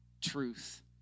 truth